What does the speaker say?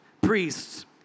priests